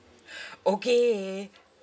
okay